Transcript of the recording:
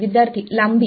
विद्यार्थीः लांबी